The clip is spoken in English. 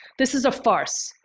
this is a farce.